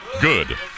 good